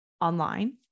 online